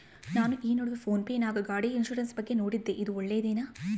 ನಾನು ಈ ನಡುವೆ ಫೋನ್ ಪೇ ನಾಗ ಗಾಡಿ ಇನ್ಸುರೆನ್ಸ್ ಬಗ್ಗೆ ನೋಡಿದ್ದೇ ಇದು ಒಳ್ಳೇದೇನಾ?